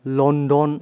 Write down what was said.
London